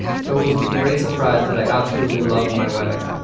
so it was with great surprise that i absolutely loved my wedding.